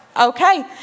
okay